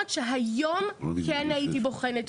המשמעות האופרטיבית שלה זה שהיא ראיה לכאורה,